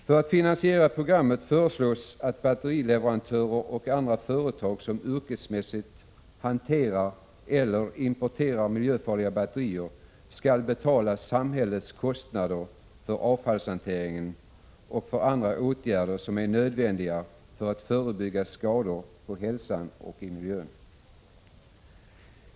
För att finansiera programmet föreslås att batterileverantörer och andra företag som yrkesmässigt hanterar eller importerar miljöfarliga batterier skall betala samhällets kostnader för avfallshanteringen och för andra åtgärder som är nödvändiga för förebyggande av skador på hälsan eller i miljön.